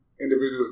individuals